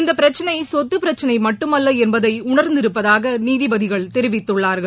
இந்த பிரச்சினை சொத்து பிரச்சினை மட்டுமல்ல என்பதை உணர்ந்திருப்பதாக நீதிபதிகள் தெரிவித்துள்ளார்கள்